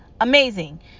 amazing